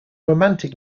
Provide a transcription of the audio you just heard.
romantic